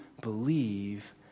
believe